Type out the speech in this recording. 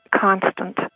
constant